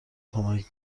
کمک